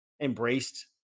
embraced